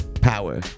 power